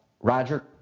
Roger